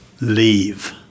leave